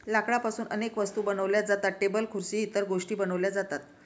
लाकडापासून अनेक वस्तू बनवल्या जातात, टेबल खुर्सी इतर गोष्टीं बनवल्या जातात